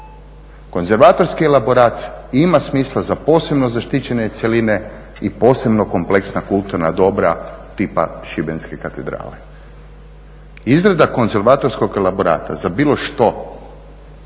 Konzervatorski elaborat ima smisla za posebno zaštićene cjeline i posebno kompleksna kulturna dobra tipa Šibenske katedrale. Izrada konzervatorskog elaborata za bilo što